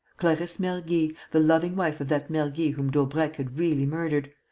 clarisse mergy, the loving wife of that mergy whom daubrecq had really murdered,